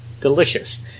Delicious